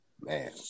Man